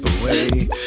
away